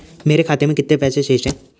मेरे खाते में कितने पैसे शेष हैं?